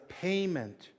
payment